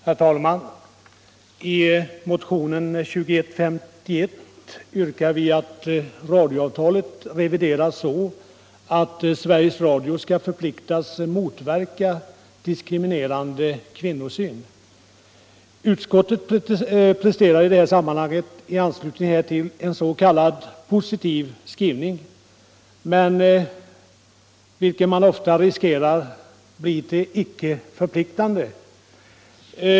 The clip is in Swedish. Herr talman! I motionen 2151 yrkar vi att radioavtalet revideras så att Sveriges Radio förpliktas motverka diskriminerande kvinnosyn. Utskottet presterar i anslutning härtill en s.k. positiv skrivning, men sådana riskerar ofta att bli till intet förpliktigande.